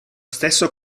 stesso